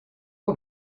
old